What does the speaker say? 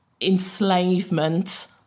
enslavement